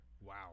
Wow